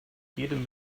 jedem